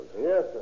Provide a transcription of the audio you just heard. Yes